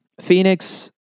Phoenix